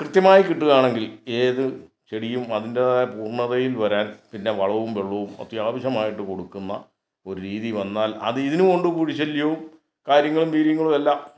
കൃത്യമായി കിട്ടുകയാണെങ്കിൽ ഏത് ചെടിയും അതിൻറ്റേതായ പൂർണ്ണതയിൽ വരാൻ പിന്നെ വളവും വെള്ളവും അത്യാവശ്യമായിട്ട് കൊടുക്കുന്ന ഒരു രീതി വന്നാൽ അത് ഇതിന് കൊണ്ട് കൂടി ശല്യവും കാര്യങ്ങളും വീര്യങ്ങളും എല്ലാം